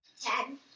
Ten